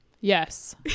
Yes